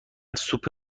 سوپ